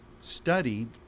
studied